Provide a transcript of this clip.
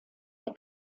der